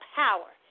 power